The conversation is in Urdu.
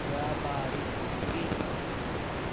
کیا بارش ہوگی